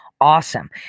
awesome